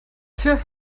tja